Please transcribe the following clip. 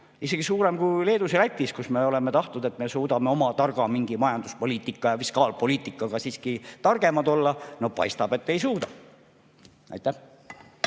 isegi suurem kui Leedus ja Lätis, kuigi me oleme tahtnud, et neist me suudame oma targa majanduspoliitika ja fiskaalpoliitikaga siiski targemad olla. Paistab, et ei suuda. Aitäh